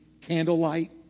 candlelight